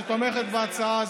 שתומכת בהצעה הזאת.